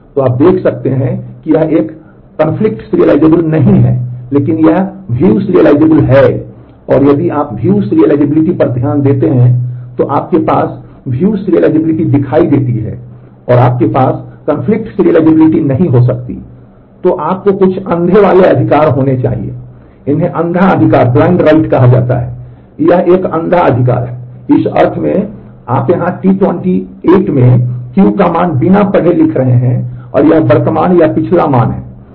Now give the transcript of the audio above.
तो आप देख सकते हैं कि यह एक conflict serializable नहीं है लेकिन यह view serializable है और यदि आप view serializability पर ध्यान देते हैं तो आपके पास view serializability दिखाई देती है और आपके पास conflict serializability नहीं हो सकती है तो आपको कुछ अंधे वाले होने अधिकार चाहिए इन्हें अँधा अधिकार कहा जाता है यह एक अंधा अधिकार है इस अर्थ में कि आप यहां T28 में Q का मान बिना पढ़े लिख रहे हैं यह वर्तमान या पिछला मान है